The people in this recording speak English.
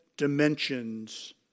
dimensions